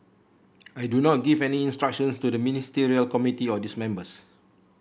I do not give any instructions to the Ministerial Committee or this members